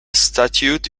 statute